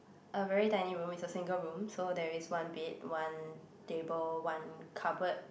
a very tiny room it's a single room so there is one bed one table one cupboard